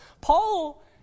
Paul